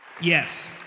Yes